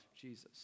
Jesus